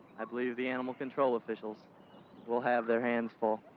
i believe the animal control officials will have their hands full.